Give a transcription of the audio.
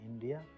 India